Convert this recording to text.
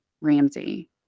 Ramsey